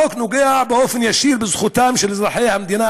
החוק נוגע באופן ישיר בזכותם של אזרחי המדינה